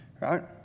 Right